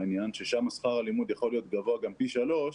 העניין ששם שכר הלימוד יכול להיות גבוה גם פי שלושה,